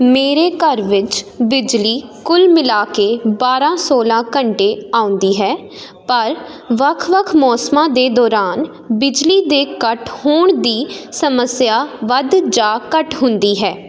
ਮੇਰੇ ਘਰ ਵਿੱਚ ਬਿਜਲੀ ਕੁੱਲ ਮਿਲਾ ਕੇ ਬਾਰਾਂ ਸੋਲ੍ਹਾਂ ਘੰਟੇ ਆਉਂਦੀ ਹੈ ਪਰ ਵੱਖ ਵੱਖ ਮੌਸਮਾਂ ਦੇ ਦੌਰਾਨ ਬਿਜਲੀ ਦੇ ਕੱਟ ਹੋਣ ਦੀ ਸਮੱਸਿਆ ਵੱਧ ਜਾਂ ਘੱਟ ਹੁੰਦੀ ਹੈ